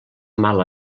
mal